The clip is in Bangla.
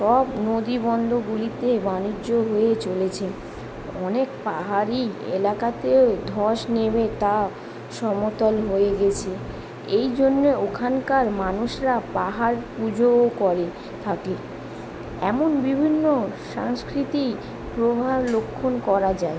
সব নদী বন্দরগুলিতে বাণিজ্য হয়ে চলেছে অনেক পাহাড়ি এলাকাতেও ধস নেমে তা সমতল হয়ে গিয়েছে এই জন্য ওখানকার মানুষরা পাহাড় পুজোও করে থাকে এমন বিভিন্ন সংস্কৃতির প্রভাব লক্ষ্য করা যায়